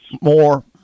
More